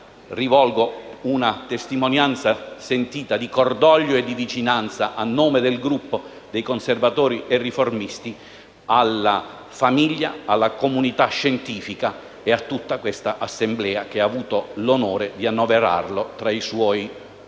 rivolgo una testimonianza sentita di cordoglio e vicinanza, a nome del Gruppo dei Conservatori e Riformisti, alla famiglia, alla comunità scientifica e a tutta questa Assemblea che ha avuto l'onore di annoverarlo tra i suoi più